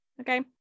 Okay